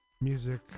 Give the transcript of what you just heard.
music